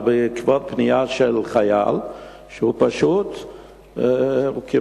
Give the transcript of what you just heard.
זה בעקבות פנייה של חייל שפשוט קיבל